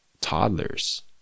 toddlers